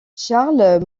charles